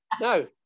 no